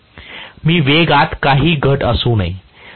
मी वेगात काही घट असू नये